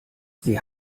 sie